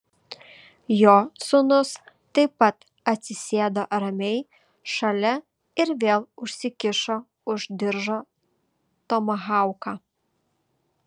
jo sūnus taip pat atsisėdo ramiai šalia ir vėl užsikišo už diržo tomahauką